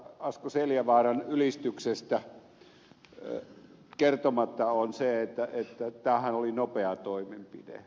asko seljavaaran ylistyksestä kertomatta on se että tämähän oli nopea toimenpide